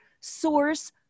source